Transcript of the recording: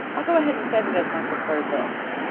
i'll go ahead and set it as my preferred list.